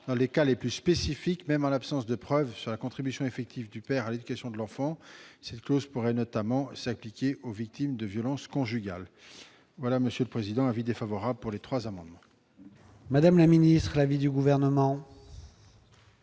dans les cas les plus spécifiques, même en l'absence de preuves quant à la contribution effective du père à l'éducation de l'enfant. Cette clause pourrait notamment s'appliquer aux victimes de violences conjugales. Pour ces raisons, j'émets un avis défavorable sur ces trois amendements identiques. Quel est l'avis du Gouvernement ?